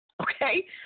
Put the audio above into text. Okay